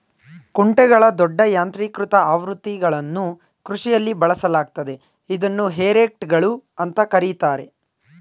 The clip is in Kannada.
ಕುಂಟೆಗಳ ದೊಡ್ಡ ಯಾಂತ್ರೀಕೃತ ಆವೃತ್ತಿಗಳನ್ನು ಕೃಷಿಯಲ್ಲಿ ಬಳಸಲಾಗ್ತದೆ ಇದನ್ನು ಹೇ ರೇಕ್ಗಳು ಅಂತ ಕರೀತಾರೆ